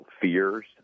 fears